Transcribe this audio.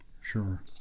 Sure